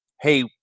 hey